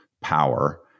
power